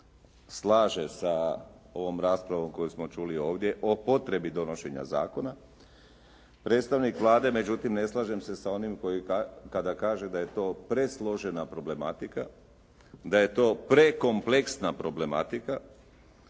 slaže sa ovom raspravom koju smo čuli ovdje o potrebi donošenja zakona. Predstavnik Vlade međutim ne slažem se sa onim koji, kada kaže da je to presložena problematika, da je to prekompleksna problematika.